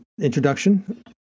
introduction